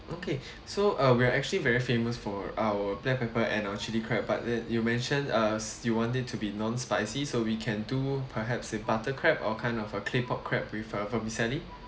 okay so uh we are actually very famous for our black pepper and our chili crab but uh you mention uh s~ you want it to be non spicy so we can do perhaps if butter crab or kind of uh claypot crab with uh vermicelli